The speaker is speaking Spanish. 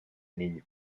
niño